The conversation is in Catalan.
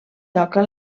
toca